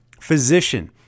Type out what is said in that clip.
Physician